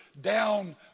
down